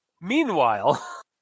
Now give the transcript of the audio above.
meanwhile